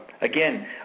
Again